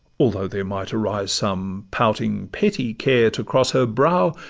although there might arise some pouting petty care to cross her brow,